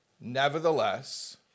Nevertheless